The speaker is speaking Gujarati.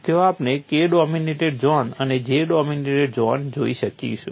ત્યાં આપણે K ડોમિનેટેડ ઝોન અને J ડોમિનેટેડ ઝોન જોઈ શકીશું